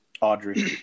Audrey